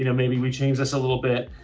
you know maybe we change this a little bit.